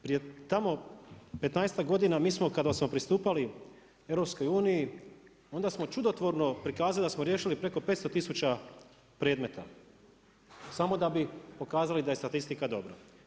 Prije tamo 15-ak godina mi smo kada smo pristupali EU onda smo čudotvorno prikazali da smo riješili preko 500 tisuća predmeta, samo da bi pokazali da je statistika dobro.